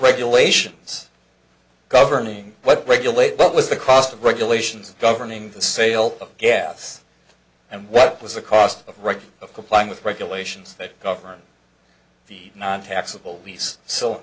regulations governing what regulate what was the cost of regulations governing the sale of gas and what was the cost of record of complying with regulations that govern the nontaxable lease